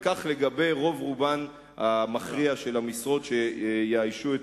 וכך לגבי הרוב המכריע של המשרות שיאיישו את